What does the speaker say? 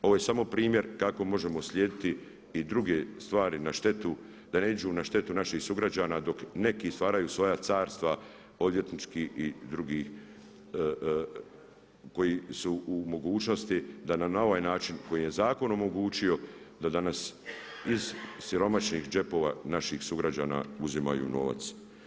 Ovo je samo primjer kako možemo slijediti i druge stvari na štetu, da ne idu na štetu naših sugrađana dok neki stvaraju svoja carstva odvjetnički i drugi koji su u mogućnosti da na ovaj način koji im je zakon omogućio da danas iz siromašnih džepova naših sugrađana uzimaju novac.